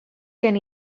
gen